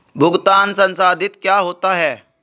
भुगतान संसाधित क्या होता है?